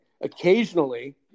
Occasionally